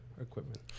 equipment